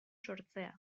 sortzea